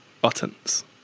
buttons